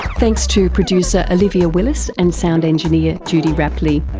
thanks to producer olivia willis and sound engineer judy rapley.